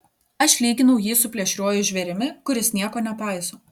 aš lyginau jį su plėšriuoju žvėrimi kuris nieko nepaiso